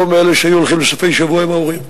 לא מאלה שהיו הולכים לסופי שבוע עם ההורים.